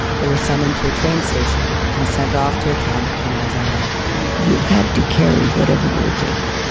they were summoned to a train station and sent off to a camp in arizona you had to carry whatever you were taking.